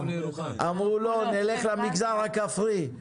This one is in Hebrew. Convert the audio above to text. אמרו: לא, נלך למגזר הכפרי.